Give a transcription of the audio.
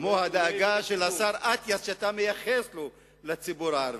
וגם הדאגה של השר אטיאס לציבור הערבי,